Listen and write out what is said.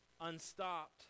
unstopped